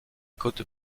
côtes